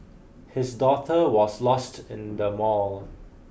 his daughter was lost in the mall